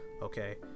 Okay